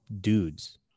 dudes